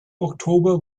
oktober